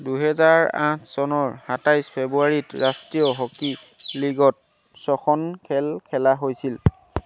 দুহেজাৰ আঠ চনৰ সাতাইছ ফেব্ৰুৱাৰীত ৰাষ্ট্ৰীয় হকী লীগত ছয়খন খেল খেলা হৈছিল